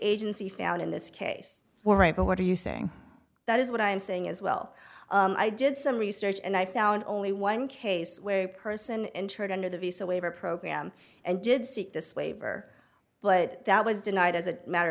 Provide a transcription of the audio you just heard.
agency found in this case were right but what are you saying that is what i am saying as well i did some research and i found only one case where a person entered under the visa waiver program and did seek this waiver but that was denied as a matter